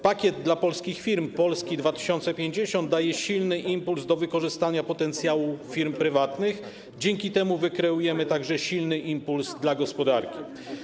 Pakiet dla polskich firm Polski 2050 daje silny impuls do wykorzystania potencjału firm prywatnych, dzięki czemu wykreujemy także silny impuls dla gospodarki.